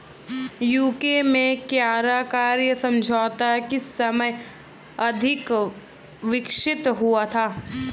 UK में किराया क्रय समझौता किस समय अधिक विकसित हुआ था?